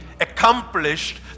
accomplished